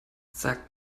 sagte